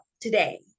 today